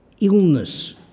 illness